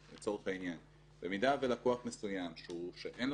לגבי לקוחות אחרים שאנחנו מייצגים